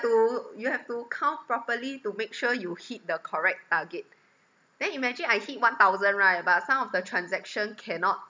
to you have to count properly to make sure you hit the correct target then imagine I hit one thousand right but some of the transaction cannot